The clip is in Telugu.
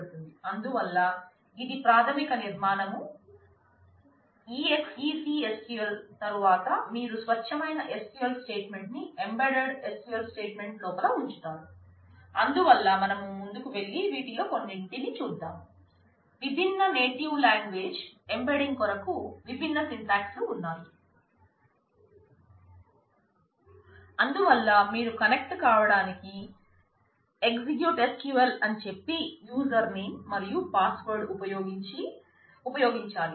అందువల్ల మీరు కనెక్ట్ కావడానికి EXEC SQL అని చెప్పి యూజర్ నేమ్ ఉపయోగించాలి